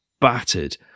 battered